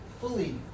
fully